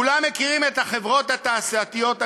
כולם מכירים את החברות התעשייתיות הגדולות.